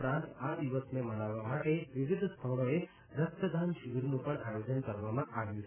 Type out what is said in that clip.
ઉપરાંત આ દિવસને મનાવવા માટે વિવિધ સ્થળોએ રક્તદાન શિબિરનું પણ આયોજન કરવામાં આવ્યું છે